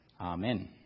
Amen